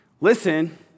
Listen